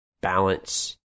balance